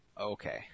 Okay